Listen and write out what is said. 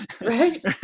Right